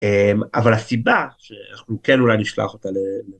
אבל הסיבה שאנחנו כן אולי נשלח אותה ל...